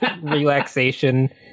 relaxation